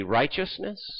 righteousness